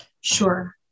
Sure